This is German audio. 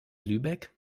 lübeck